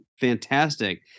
fantastic